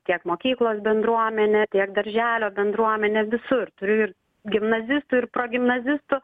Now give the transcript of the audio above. tiek mokyklos bendruomenę tiek darželio bendruomenę visur turiu ir gimnazistų ir pro gimnazistų